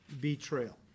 betrayal